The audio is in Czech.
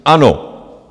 Ano!